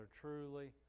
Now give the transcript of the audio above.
truly